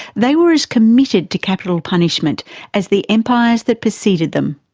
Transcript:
they were as committed to capital punishment as the empires that preceded them.